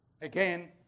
Again